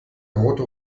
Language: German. rote